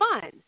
fun